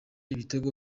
ibitego